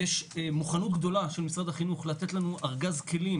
יש מוכנות גדולה של משרד החינוך לתת לנו ארגז כלים,